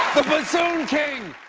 the bassoon king,